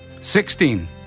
Sixteen